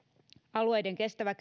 alueiden kestävä